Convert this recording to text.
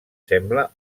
sembla